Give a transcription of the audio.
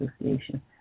Association